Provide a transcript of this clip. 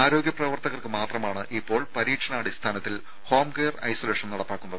ആരോഗ്യ പ്രവർത്തകർക്ക് മാത്രമാണ് ഇപ്പോൾ പരീക്ഷണാടിസ്ഥാനത്തിൽ ഹോം കെയർ ഐസൊലേഷൻ നടപ്പാക്കുന്നത്